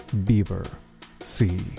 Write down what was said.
beaver c.